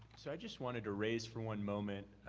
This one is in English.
so, i just wanted to raise for one moment,